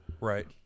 Right